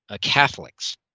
Catholics